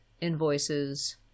invoices